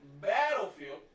Battlefield